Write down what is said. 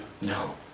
no